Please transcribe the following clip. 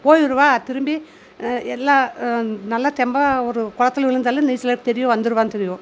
போயிருவான் திரும்பி எல்லா நல்லா தெம்பாக ஒரு குளத்துல விழுந்தாலும் நீச்சல் தெரியும் வந்துருவான்னு தெரியும்